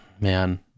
man